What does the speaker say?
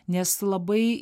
nes labai